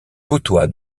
côtoie